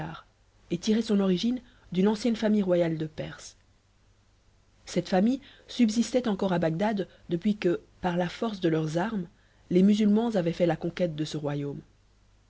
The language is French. et tirait son origine d'une ancienne famille royale de perse cette famille subsistait encore à bagdad depuis que par la force de leurs armes les musulmans avaient fait la conquête de ce royaume